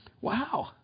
Wow